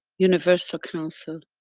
universal council,